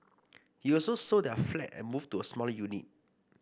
he also sold their flat and moved to a smaller unit